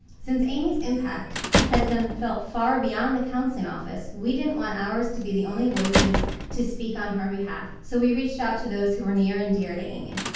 since amy's impact has been felt far beyond the counseling office, we didn't want ours to be the only voices to speak on her behalf so we reached out to those who are near and dear to amy.